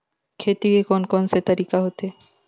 खेती के कोन कोन से तरीका होथे?